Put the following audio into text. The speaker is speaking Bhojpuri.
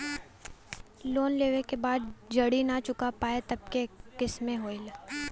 लोन लेवे के बाद जड़ी ना चुका पाएं तब के केसमे का होई?